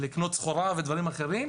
לקנות סחורה ודברים אחרים.